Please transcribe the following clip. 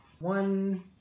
One